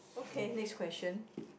okay next question